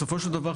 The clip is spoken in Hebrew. בסופו של דבר,